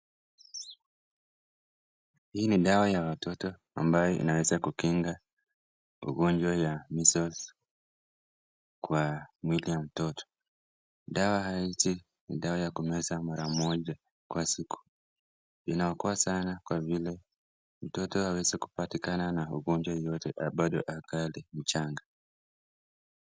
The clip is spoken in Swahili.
Hii ni dawa ya watoto ambayo inaweza kukinga ugonjwa ya measles kwa mwili ya mtoto. Dawa hizi ni dawa ya kumeza mara moja kwa siku, inaokoa sana kwa vile mtoto hawezi kupatikana na ugonjwa yeyote na bado angali mchanga.